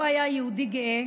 היה היה יהודי גאה